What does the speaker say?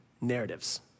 narratives